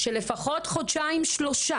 של לפחות חודשיים-שלושה.